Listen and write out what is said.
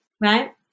Right